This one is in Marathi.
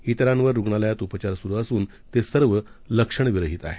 त्रिरांवर रुग्णालयात उपचार सुरू असून ते सर्व लक्षणविरहित आहेत